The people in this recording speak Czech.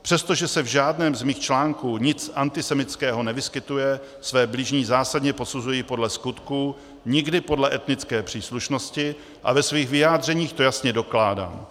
Přestože se v žádném z mých článků nic antisemitského nevyskytuje, své bližní zásadně posuzuji podle skutků, nikdy podle etnické příslušnosti a ve svých vyjádřeních to jasně dokládám.